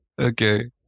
Okay